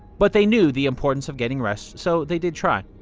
but they knew the importance of getting rest, so they did try.